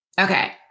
Okay